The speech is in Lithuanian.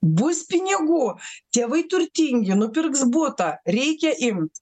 bus pinigų tėvai turtingi nupirks butą reikia imt